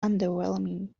underwhelming